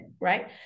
right